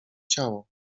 ciało